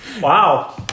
Wow